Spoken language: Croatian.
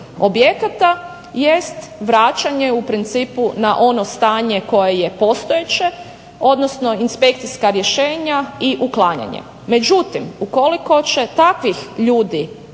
objekata jest vraćanje u principu na ono stanje koje je postojeće, odnosno inspekcijska rješenja i uklanjanje. Međutim, ukoliko će takvih ljudi